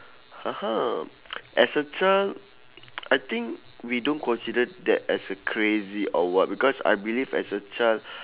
(uh huh) as a child I think we don't consider that as a crazy or what because I believe as a child